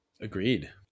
Agreed